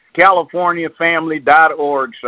CaliforniaFamily.org